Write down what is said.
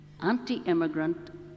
anti-immigrant